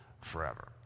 forever